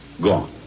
Gone